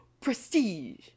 Prestige